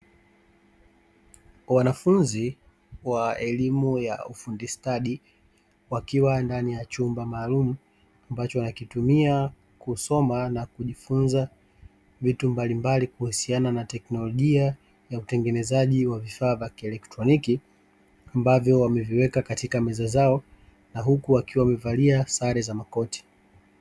Wanafunzi wa elimu ya ufundi stadi wakiwa ndani ya chumba maalumu, ambacho wanakitumia kusoma na kujifunza vitu mbali mbali kuhusiana na teknolojia ya utengenezaji wa vifaa vya kielektroniki, ambavyo wameviweka katika meza zao na huku wakiwa wamevalia sare za makoti.